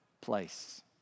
place